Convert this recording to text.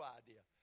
idea